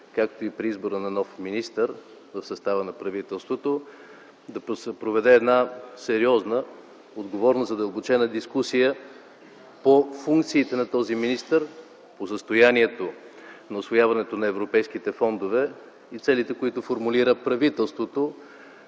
както и при избора на нов министър в състава на правителството, да се проведе една сериозна, отговорна, задълбочена дискусия по функциите на този министър, по състоянието на усвояването на европейските фондове и целите, които формулира правителството